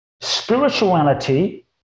spirituality